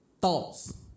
thoughts